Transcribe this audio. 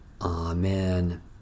Amen